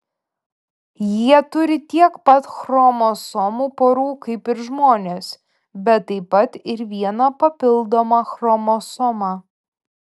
jie turi tiek pat chromosomų porų kaip ir žmonės bet taip pat ir vieną papildomą chromosomą